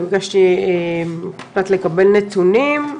קצת לקבל נתונים,